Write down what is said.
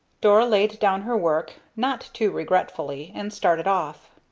dora laid down her work, not too regretfully, and started off.